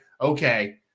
okay